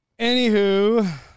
Anywho